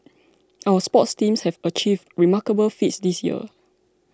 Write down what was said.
our sports teams have achieved remarkable feats this year